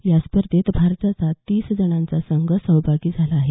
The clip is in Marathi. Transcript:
या स्पर्धेत भारताचा तीस जणांचा संघ सहभागी झाला आहे